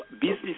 business